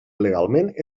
legalment